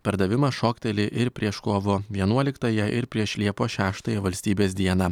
pardavimas šokteli ir prieš kovo vienuoliktąją ir prieš liepos šeštąją valstybės dieną